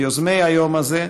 מיוזמי היום הזה,